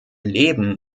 leben